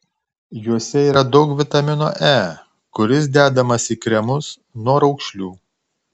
juose yra daug vitamino e kuris dedamas į kremus nuo raukšlių